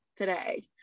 today